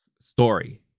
story